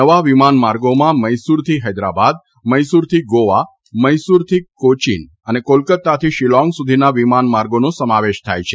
નવા વિમાનમાર્ગોમાં મૈસૂરથી હૈદ્રાબાદ મૈસૂરથી ગોવા મૈસૂરથી કોચીન અને કોલકાત્તાથી શીલોંગ સુધીના વિમાન માર્ગોનો સમાવેશ થાય છે